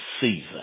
season